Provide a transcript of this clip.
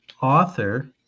author